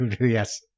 yes